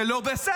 זה לא בסדר.